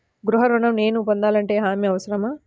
గృహ ఋణం నేను పొందాలంటే హామీ అవసరమా?